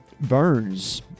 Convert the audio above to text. Burns